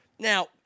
Now